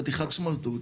חתיכת סמרטוט.